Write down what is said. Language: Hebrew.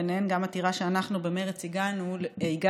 ובהן עתירה שאנחנו במרצ הגשנו,